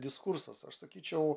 diskursas aš sakyčiau